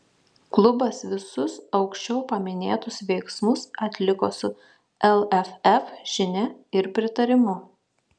klubas visus aukščiau paminėtus veiksmus atliko su lff žinia ir pritarimu